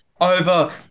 over